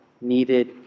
needed